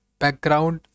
background